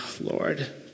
Lord